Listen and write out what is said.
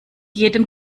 jedem